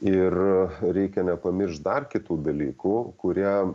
ir reikia nepamiršt dar kitų dalykų kurie